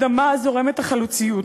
בדמה זורמת החלוציות.